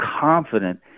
confident